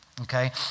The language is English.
okay